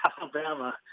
Alabama